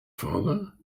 father